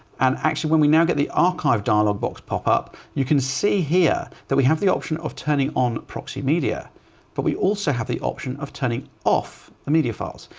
and actually when we now get the archive dialog box pop up, you can see here, that we have the option of turning on proxy media but we also have the option of turning off the media files,